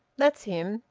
that's him.